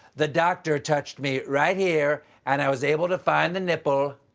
the doctor touched me right here, and i was able to find the nipple,